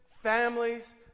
families